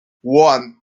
one